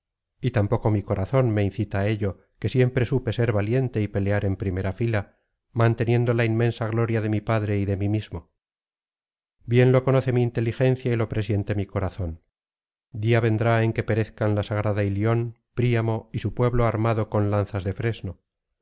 y tampoco mi corazón me incita á ello que siempre supe ser valiente y pelear en primera fila manteniendo la inmensa gloria de mi padre y de mí mismo bien lo conoce mi inteligencia y lo presiente mi corazón día vendrá en que perezcan la sagrada ilion príamo y su pueblo armado con lanzas de fresno